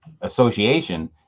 association